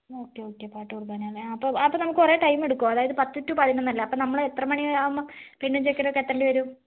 okay okay പാട്ട് കൂർബനയാല്ലേ അപ്പോൾ അപ്പോൾ നമുക്ക് കുറെ ടൈം എടുക്കുമോ അതായത് പത്ത് ടു പതിനൊന്നല്ലേ അപ്പോൾ നമ്മൾ എത്ര മണിയാകുമ്പോൾ പെണ്ണും ചെക്കനൊക്കേ എത്തേണ്ടി വരും